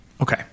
Okay